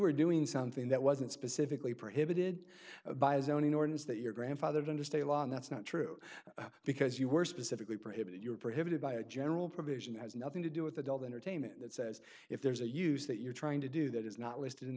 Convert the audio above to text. were doing something that wasn't specifically prohibited by a zoning ordinance that your grandfathered under state law and that's not true because you were specifically prohibited you are prohibited by a general provision has nothing to do with adult entertainment that says if there's a use that you're trying to do that is not listed in